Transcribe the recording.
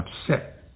upset